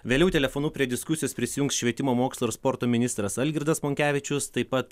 vėliau telefonu prie diskusijos prisijungs švietimo mokslo ir sporto ministras algirdas monkevičius taip pat